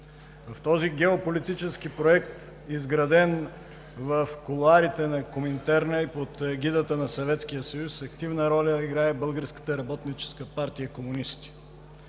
В този геополитически проект, изграден в кулоарите на Коминтерна и под егидата на Съветския съюз, активна роля играе Българската работническа партия (комунисти).